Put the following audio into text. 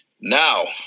Now